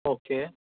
okay